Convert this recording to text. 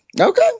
Okay